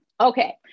Okay